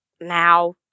now